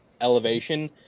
elevation